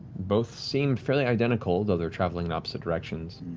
both seem fairly identical, though they're traveling in opposite directions.